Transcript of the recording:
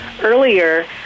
earlier